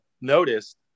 noticed